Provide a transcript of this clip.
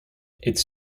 its